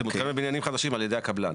זה מותקן בבניינים חדשים על ידי הקבלן.